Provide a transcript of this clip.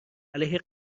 علیه